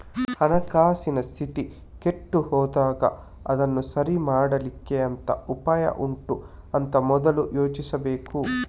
ಹಣಕಾಸಿನ ಸ್ಥಿತಿ ಕೆಟ್ಟು ಹೋದಾಗ ಅದನ್ನ ಸರಿ ಮಾಡ್ಲಿಕ್ಕೆ ಎಂತ ಉಪಾಯ ಉಂಟು ಅಂತ ಮೊದ್ಲು ಯೋಚಿಸ್ಬೇಕು